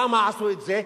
למה עשו את זה?